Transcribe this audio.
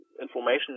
information